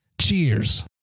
cheers